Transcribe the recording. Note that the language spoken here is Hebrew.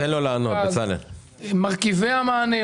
מרכיבי המענה.